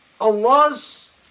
Allah's